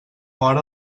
hora